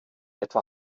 etwa